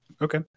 Okay